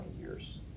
years